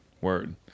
Word